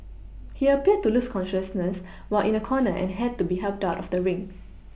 he appeared to lose consciousness while in a corner and had to be helped out of the ring